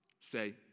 say